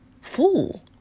fool